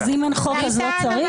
אז אם אין חוק אז לא צריך?